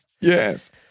Yes